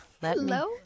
Hello